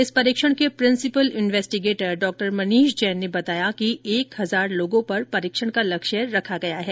इस परीक्षण के प्रिंसिपल इनवेस्टीगेटर डॉ मनीष जैन ने बताया कि एक हजार लोगों पर परीक्षण का लक्ष्य रखा गया है